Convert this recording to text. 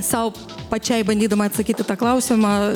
sau pačiai bandydama atsakyt į tą klausimą